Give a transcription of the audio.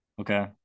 Okay